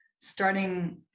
starting